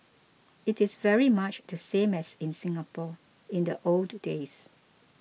it is very much the same as in Singapore in the old days